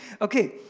Okay